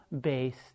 based